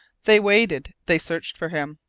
they waited, they searched for him.